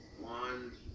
One